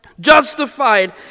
justified